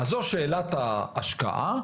אז זו שאלת ההשקעה,